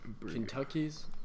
Kentucky's